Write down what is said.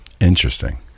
interesting